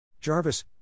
Jarvis